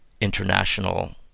international